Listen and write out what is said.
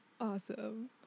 awesome